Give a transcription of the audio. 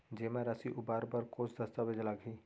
जेमा राशि उबार बर कोस दस्तावेज़ लागही?